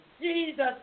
Jesus